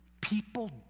People